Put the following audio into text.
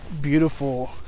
Beautiful